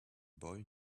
boy